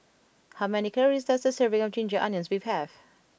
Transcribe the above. how many calories does a serving of Ginger Onions Beef have